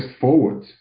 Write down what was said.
forward